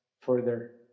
further